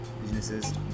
businesses